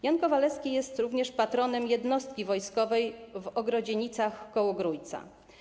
Jan Kowalewski jest również patronem jednostki wojskowej w Ogrodzienicach koło Grójca.